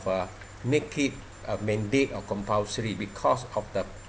make it a mandate or compulsory because of the